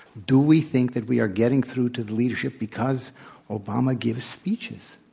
do we think that we are getting through to the leadership because obama gives speeches?